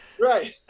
right